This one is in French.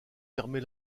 permet